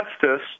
Justice